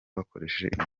bakoresheje